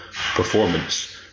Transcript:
performance